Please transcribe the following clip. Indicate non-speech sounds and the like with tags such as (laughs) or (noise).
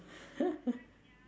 (laughs)